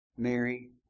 Mary